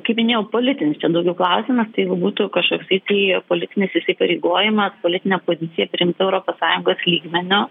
kaip minėjau politinis ten daugiau klausimas tai jeigu būtų kažkoksai tai politinis įsipareigojimas politinė pozicija priimta europos sąjungos lygmeniu